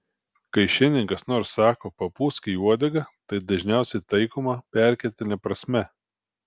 kai šiandien kas nors sako papūsk į uodegą tai dažniausiai taikoma perkeltine prasme